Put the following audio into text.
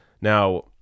Now